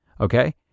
okay